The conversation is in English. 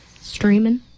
Streaming